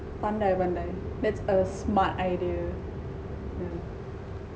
pandai pandai that's a smart idea yeah